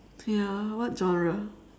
ya what genre